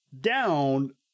down